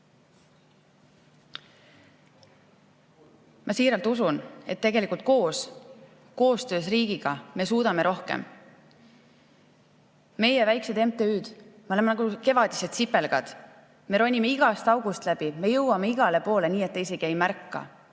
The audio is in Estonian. Ma siiralt usun, et tegelikult koos, koostöös riigiga me suudame rohkem. Meie, väikesed MTÜ-d, me oleme nagu kevadised sipelgad. Me ronime igast august läbi, me jõuame igale poole nii, et te isegi ei märka.